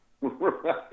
Right